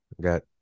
Got